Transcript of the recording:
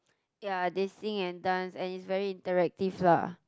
ya they sing and dance and is very interactive lah